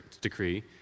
decree